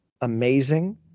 amazing